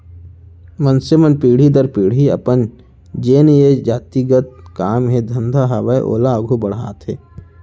मनसे मन पीढ़ी दर पीढ़ी अपन जेन ये जाति गत काम हे धंधा हावय ओला आघू बड़हाथे